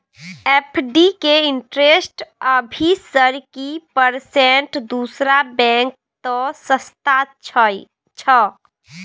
FD के interest अभी sir की परसेंट दूसरा बैंक त सस्ता छः?